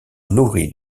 nourri